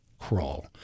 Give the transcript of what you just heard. Crawl